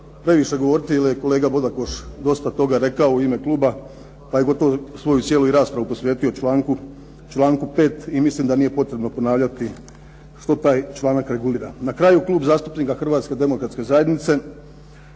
previše govoriti, jer je kolega Bodakoš dosta toga rekao u ime kluba, pa je gotovo svoju cijelu i raspravu posvetio članku 5. i mislim da nije potrebno ponavljati što taj članak regulira. Na kraju Klub zastupnika Hrvatske demokratske zajednice